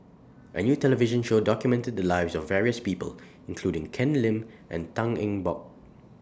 A New television Show documented The Lives of various People including Ken Lim and Tan Eng Bock